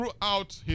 Throughout